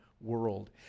world